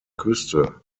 küste